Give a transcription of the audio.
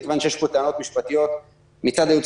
מכיוון שיש פה טענות משפטיות מצד הייעוץ